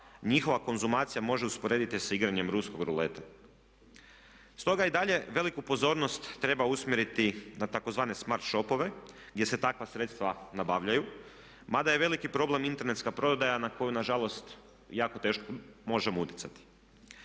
sredstava može usporediti sa igranjem ruskog ruleta. Stoga i dalje veliku pozornost treba usmjeriti na tzv. smart shopove gdje se takva sredstva nabavljaju. Mada je veliki problem internetska prodaja na koju nažalost jako teško možemo utjecati.